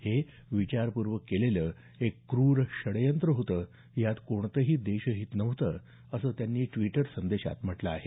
हे विचारपूर्वक केलेलं एक क्रर षडयंत्र होतं यात कोणतही देशहित नव्हत असं त्यांनी ट्वीटर संदेशात म्हटलं आहे